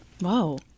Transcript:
Whoa